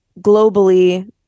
globally